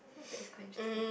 oh that's quite interesting